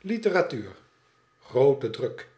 literatuur groote druk